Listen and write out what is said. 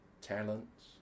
Talents